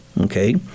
Okay